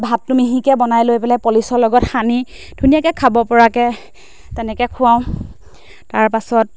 ভাতটো মিহিকৈ বনাই লৈ পেলাই পলিচৰ লগত সানি ধুনীয়াকৈ খাব পৰাকৈ তেনেকৈ খুৱাওঁ তাৰপাছত